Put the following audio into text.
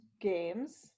games